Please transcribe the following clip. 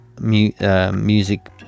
music